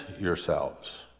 yourselves